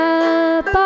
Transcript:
up